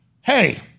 hey